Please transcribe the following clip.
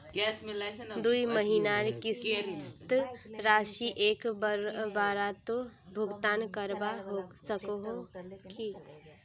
दुई महीनार किस्त राशि एक बारोत भुगतान करवा सकोहो ही?